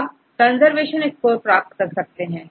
अब conservation score प्राप्त कर सकते हैं